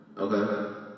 Okay